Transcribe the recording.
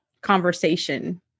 conversation